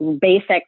basic